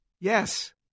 Yes